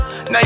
Now